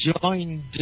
joined